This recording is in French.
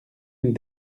une